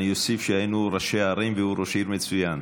אני אוסיף שהיינו ראשי ערים, והוא ראש עיר מצוין.